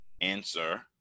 answer